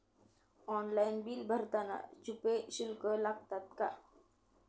Online bill भरताना छुपे शुल्क लागतात का?